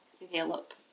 develop